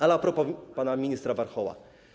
Ale a propos pana ministra Warchoła.